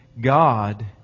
God